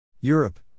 Europe